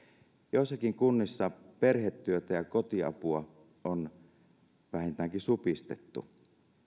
joissakin kunnissa perhetyötä ja kotiapua on vähintäänkin supistettu